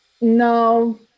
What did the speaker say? no